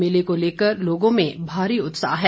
मेले को लेकर लोगों में भारी उत्साह है